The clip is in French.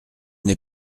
n’ai